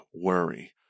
worry